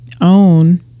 Own